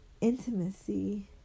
intimacy